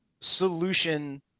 solution